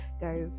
guys